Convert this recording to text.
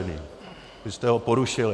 Vy jste ho porušili.